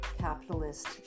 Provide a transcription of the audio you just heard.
capitalist